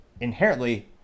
inherently